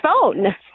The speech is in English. phone